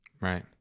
right